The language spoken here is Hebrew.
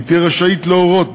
היא תהיה רשאית להורות,